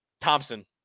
Thompson